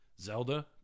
Zelda